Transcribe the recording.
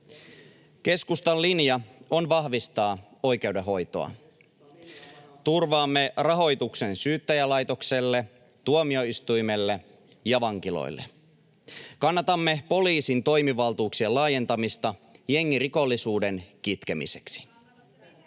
Keskustan linja on vahvistaa oikeudenhoitoa. Turvaamme rahoituksen syyttäjälaitokselle, tuomioistuimille ja vankiloille. Kannatamme poliisin toimivaltuuksien laajentamista jengirikollisuuden kitkemiseksi.